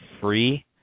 free